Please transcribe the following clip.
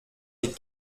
les